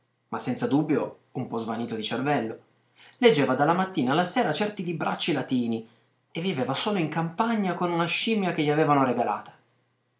ma senza dubbio un po svanito di cervello leggeva dalla mattina alla sera certi libracci latini e viveva solo in campagna con una scimmia che gli avevano regalata